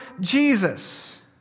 Jesus